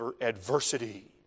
adversity